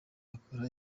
akora